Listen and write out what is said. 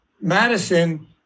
Madison